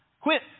Quit